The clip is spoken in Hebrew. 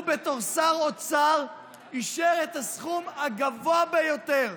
הוא, בתור שר אוצר אישר את הסכום הגבוה ביותר,